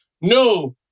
no